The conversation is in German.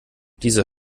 dieser